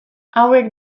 hauek